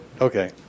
Okay